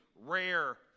rare